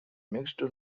mixed